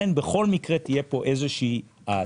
בכל מקרה תהיה פה איזה האטה,